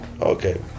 Okay